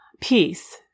peace